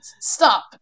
stop